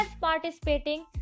participating